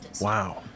Wow